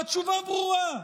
והתשובה ברורה.